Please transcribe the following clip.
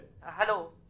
Hello